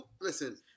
Listen